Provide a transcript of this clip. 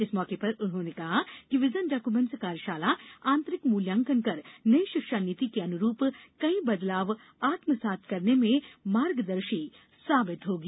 इस मौके पर उन्होंने कहा कि विजन डाक्यूमेंट कार्यशाला आंतरिक मुल्यांकन कर नई शिक्षा नीति के अनुरूप कई बदलाव आत्मसात करने में मार्गेदर्शी साबित होगी